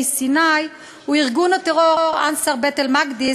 סיני הוא ארגון הטרור "אנצאר בית אל-מקדס",